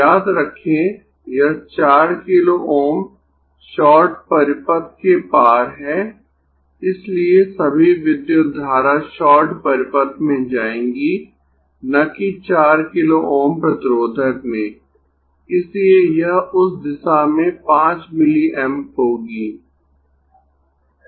याद रखें यह 4 किलो Ω शॉर्ट परिपथ के पार है इसलिए सभी विद्युत धारा शॉर्ट परिपथ में जाएगी न कि 4 किलो Ω प्रतिरोधक में इसलिए यह उस दिशा में 5 मिलीएम्प होगी